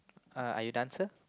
uh are you done sir